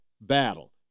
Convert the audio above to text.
battle